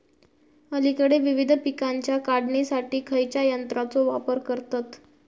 अलीकडे विविध पीकांच्या काढणीसाठी खयाच्या यंत्राचो वापर करतत?